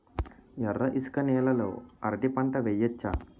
ఎర్ర ఇసుక నేల లో అరటి పంట వెయ్యచ్చా?